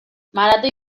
maratoi